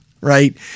right